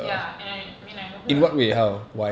ya and I I mean I know her